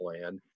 Plan